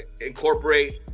incorporate